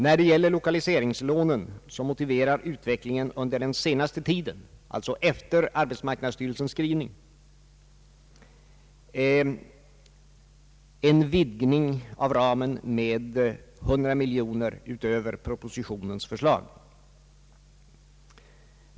När det gäller lokaliseringslånen motiverar utvecklingen under den senaste tiden — alltså efter arbetsmarknadsstyrelsens framställning — en vidgning av ramen med 100 miljoner kronor utöver propositionens förslag.